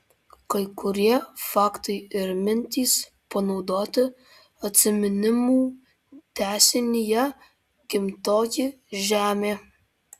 kai kurie faktai ir mintys panaudoti atsiminimų tęsinyje gimtoji žemė